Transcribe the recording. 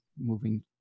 moving